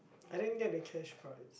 I didn't get the cash prize